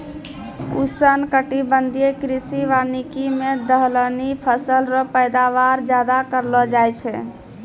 उष्णकटिबंधीय कृषि वानिकी मे दलहनी फसल रो पैदावार ज्यादा करलो जाय छै